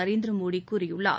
நரேந்திர மோடி கூறியுள்ளார்